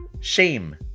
Shame